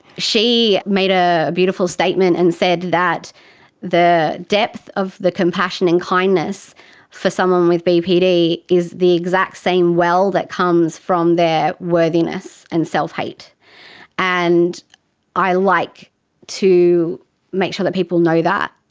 she made a beautiful statement and said that the depth of the compassion and kindness for someone with bpd is the exact same well that comes from their worthiness and self-hate. and i like to make sure that people know that.